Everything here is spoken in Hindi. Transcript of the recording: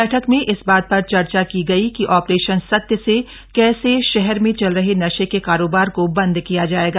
बैठक में इस बात पर चर्चा की गई कि ऑपरेशन सत्य से कैसे शहर में चल रहे नशे के कारोबार को बंद किया जाएगा